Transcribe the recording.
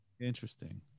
interesting